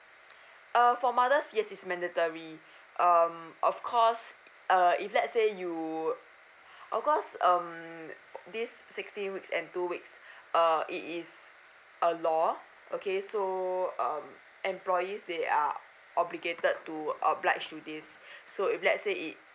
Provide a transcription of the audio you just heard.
uh for mothers yes it's mandatory um of course uh if let's say you of course um this sixteen weeks and two weeks uh it is a law okay so um employees they are obligated to oblige to this so if let's say it